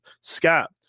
Scott